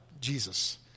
Jesus